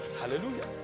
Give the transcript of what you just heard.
Hallelujah